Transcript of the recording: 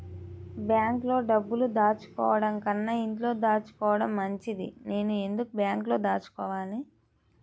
బ్యాంక్లో డబ్బులు దాచుకోవటంకన్నా ఇంట్లో దాచుకోవటం మంచిది నేను ఎందుకు బ్యాంక్లో దాచుకోవాలి?